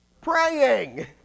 praying